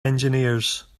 engineers